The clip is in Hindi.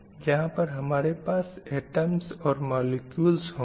यहाँ पर हमारे पास ऐटम्ज़ और मॉलेक्यूल्ज़ होंगे